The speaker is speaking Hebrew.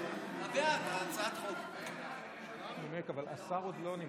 חברות וחברי כנסת נכבדים, הצעת החוק של חבר הכנסת